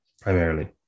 primarily